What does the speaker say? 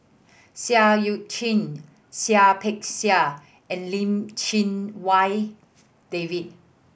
Seah Eu Chin Seah Peck Seah and Lim Chee Wai David